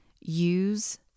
use